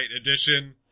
edition